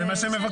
זאת לא השאלה.